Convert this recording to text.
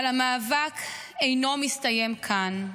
אבל המאבק אינו מסתיים כאן.